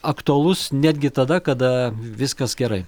aktualus netgi tada kada viskas gerai